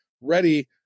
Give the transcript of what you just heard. ready